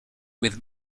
with